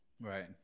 Right